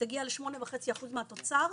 ותגיע ל-8.5 אחוזים מהתוצר,